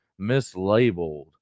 mislabeled